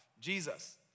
Jesus